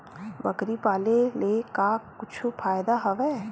बकरी पाले ले का कुछु फ़ायदा हवय?